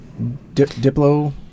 Diplo